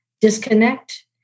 Disconnect